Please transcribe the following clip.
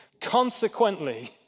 Consequently